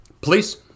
Please